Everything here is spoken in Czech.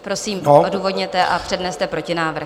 Prosím, odůvodněte a předneste protinávrh.